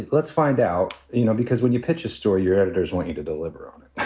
let's find out, you know, because when you pitch a story, your editors want you to deliver on it. i